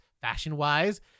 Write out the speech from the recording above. Fashion-wise